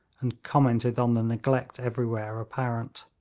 and commented on the neglect everywhere apparent.